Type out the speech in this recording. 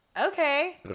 okay